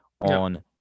on